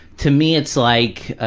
to me, it's like,